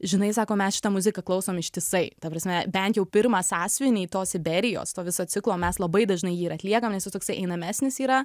žinai sako mes šitą muziką klausom ištisai ta prasme bent jau pirmą sąsiuvinį tos iberijos to viso ciklo mes labai dažnai jį ir atliekam nes jis toksai einamesnis yra